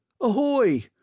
Ahoy